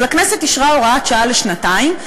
אבל הכנסת אישרה הוראת שעה לשנתיים,